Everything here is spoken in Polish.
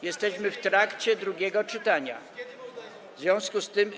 Jesteśmy w trakcie drugiego czytania, w związku z tym.